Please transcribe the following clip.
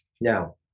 Now